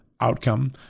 outcome